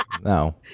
no